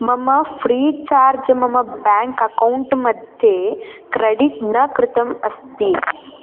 मम free charge मम bank account मध्ये क्रडिट् न कृतम् अस्ति